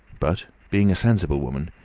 but being a sensible woman,